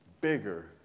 bigger